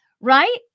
Right